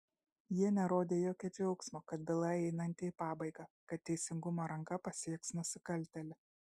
jie nerodė jokio džiaugsmo kad byla einanti į pabaigą kad teisingumo ranka pasieks nusikaltėlį